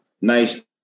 nice